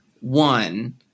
one